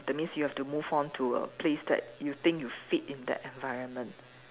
that means you have to move on to a place that you think you fit in that environment